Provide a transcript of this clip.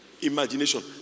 Imagination